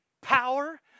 power